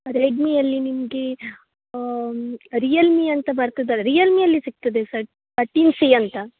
Redmi ಅಲ್ಲಿ ನಿಮಗೆ Realme ಅಂತ ಬರ್ತದಲ್ಲ ರಿಯಲ್ಮಿ ಅಲ್ಲಿ ಸಿಕ್ತದೆ ಸರ್ ಟಿ ಸಿ ಅಂತ